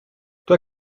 toi